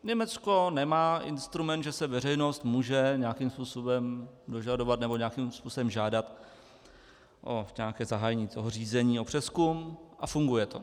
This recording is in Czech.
Německo nemá instrument, že se veřejnost může nějakým způsobem dožadovat nebo nějakým způsobem žádat o nějaké zahájení řízení o přezkum, a funguje to.